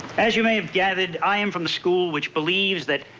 as you may have gathered, i am from the school which believes that,